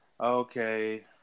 okay